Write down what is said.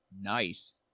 Nice